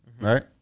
Right